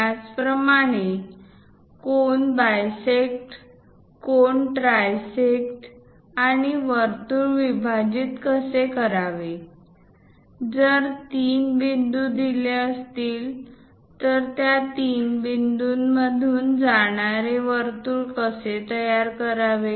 त्याचप्रमाणे कोन बायसेक्ट कोन ट्रायसेक्ट आणि वर्तुळ विभाजित कसे करावे जर तीन बिंदू दिले असतील तर या तीन बिंदूतून जाणारे वर्तुळ कसे तयार करावे